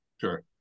Sure